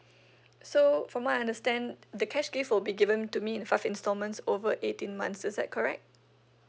so for my understand the cash gift will be given to me in five installments over eighteen months is that correct